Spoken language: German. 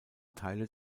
teile